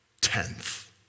tenth